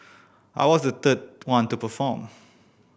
I was the third one to perform